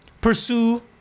pursue